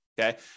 okay